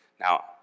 Now